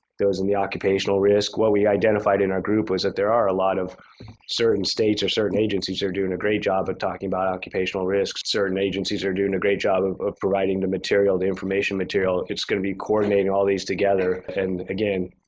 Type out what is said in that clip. those in the occupational risk. what we identified in our group was that there are a lot of certain states or certain agencies that are doing a great job of talking about occupational risks, certain agencies are doing a great job of of providing the material, the information material. it's going to be coordinating all these together. and again,